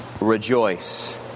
rejoice